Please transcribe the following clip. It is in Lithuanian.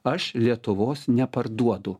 aš lietuvos neparduodu